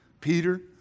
Peter